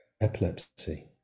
epilepsy